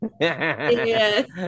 yes